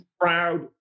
proud